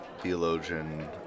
theologian